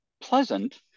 pleasant